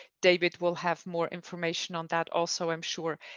david will have more information on that also, i'm sure,